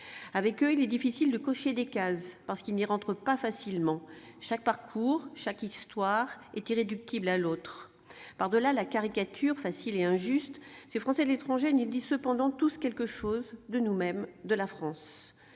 Avec eux, il est difficile de cocher des cases, parce qu'ils n'y entrent pas facilement. Chaque parcours, chaque histoire est irréductible à l'autre. Par-delà la caricature facile et injuste, ces Français de l'étranger nous disent cependant tous quelque chose de nous-mêmes et de la France.